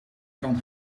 kan